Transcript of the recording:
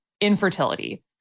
infertility